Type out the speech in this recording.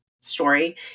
story